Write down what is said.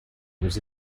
was